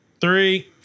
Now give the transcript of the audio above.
three